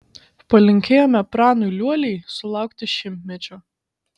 palinkėjome pranui liuoliai sulaukti šimtmečio